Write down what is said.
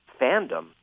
fandom